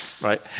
right